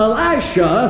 Elisha